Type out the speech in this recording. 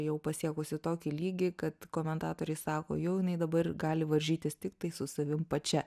jau pasiekusi tokį lygį kad komentatoriai sako jau jinai dabar gali varžytis tiktai su savim pačia